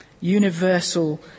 universal